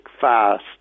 fast